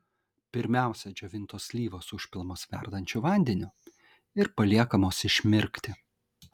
pirmiausia džiovintos slyvos užpilamos verdančiu vandeniu ir paliekamos išmirkti